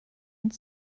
und